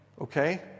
Okay